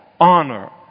honor